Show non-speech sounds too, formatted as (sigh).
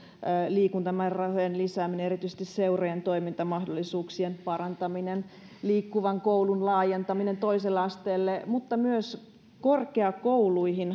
liikuntamäärärahojen lisääminen erityisesti seurojen toimintamahdollisuuksien parantaminen liikkuvan koulun laajentaminen toiselle asteelle mutta myös korkeakouluihin (unintelligible)